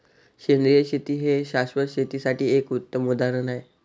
सेंद्रिय शेती हे शाश्वत शेतीसाठी एक उत्तम उदाहरण आहे